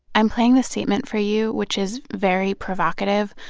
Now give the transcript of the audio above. i'm playing the statement for you, which is very provocative,